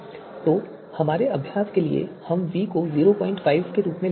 तो हमारे अभ्यास के लिए हम v को 05 के रूप में ले रहे हैं